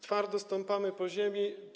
Twardo stąpamy po ziemi.